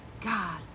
God